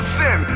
sin